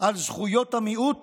על זכויות המיעוט